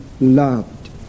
loved